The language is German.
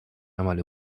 einmal